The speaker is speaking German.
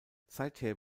seither